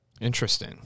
Interesting